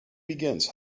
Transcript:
begins